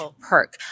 perk